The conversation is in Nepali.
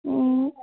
अँ